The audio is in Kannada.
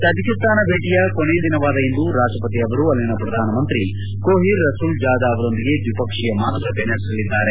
ತಜಿಕಿಸ್ತಾನ ಭೇಟಿಯ ಕೊನೆಯ ದಿನವಾದ ಇಂದು ರಾಷ್ಷಪತಿ ಅವರು ಅಲ್ಲಿನ ಪ್ರಧಾನಮಂತ್ರಿ ಕೋಹಿರ್ ರಸೂಲ್ ಜಾದ ಅವರೊಂದಿಗೆ ದ್ವಿಪಕ್ಷೀಯ ಮಾತುಕತೆ ನಡೆಸಲಿದ್ದಾರೆ